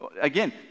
Again